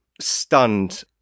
stunned